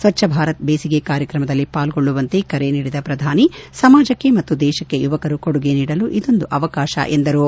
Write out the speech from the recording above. ಸ್ವಚ್ನ ಭಾರತ್ ಬೇಸಿಗೆ ಕಾರ್ಯಕ್ರಮದಲ್ಲಿ ಪಾಲ್ಗೊಳ್ಳುವಂತೆ ಕರೆ ನೀಡಿದ ಪ್ರಧಾನಿ ಸಮಾಜಕ್ಕೆ ಮತ್ತು ದೇಶಕ್ಕೆ ಯುವಕರು ಕೊಡುಗೆ ನೀಡಲು ಇದೊಂದು ಅವಕಾಶ ಎಂದರು